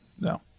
No